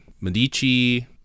Medici